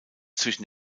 zwischen